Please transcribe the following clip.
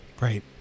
Right